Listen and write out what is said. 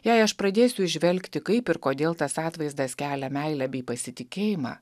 jei aš pradėsiu įžvelgti kaip ir kodėl tas atvaizdas kelia meilę bei pasitikėjimą